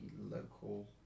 local